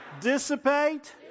dissipate